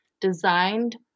designed